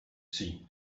see